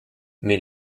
mais